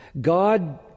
God